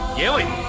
going